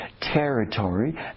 territory